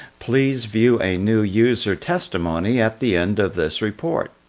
please view a new user testimony at the end of this report.